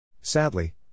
Sadly